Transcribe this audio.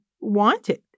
wanted